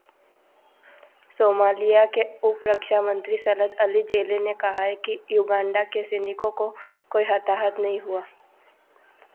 Somalia के उप रक्षा मंत्री सलद अली जेले ने कहा कि युगांडा के सैनिकों को कोई हताहत नहीं हुआ